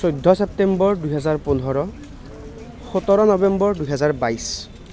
চৈধ্য চেপ্তেম্বৰ দুহেজাৰ পোন্ধৰ সোতৰ নৱেম্বৰ দুহেজাৰ বাইছ